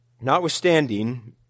Notwithstanding